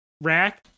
rack